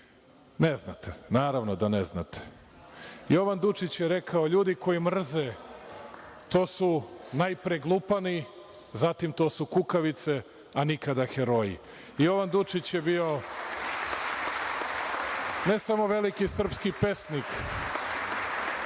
Ne znate, naravno da ne znate. Jovan Dučić je rekao – ljudi koji mrze, to su najpre glupani, zatim to su kukavice, a nikada heroji. Jovan Dučić je bio ne samo veliki srpski pesnik,